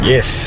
Yes